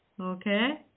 Okay